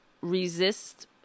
Resist